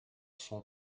son